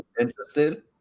interested